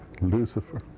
Lucifer